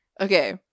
Okay